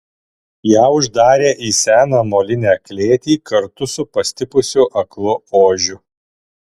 ją uždarė į seną molinę klėtį kartu su pastipusiu aklu ožiu